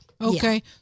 Okay